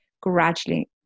gradually